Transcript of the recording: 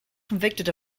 convicted